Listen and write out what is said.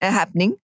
happening